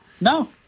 No